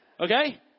Okay